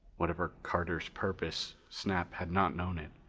whatever carter's purpose, snap had not known it.